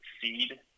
seed